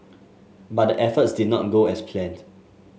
but the efforts did not go as planned